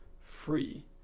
free